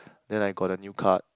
then I got a new card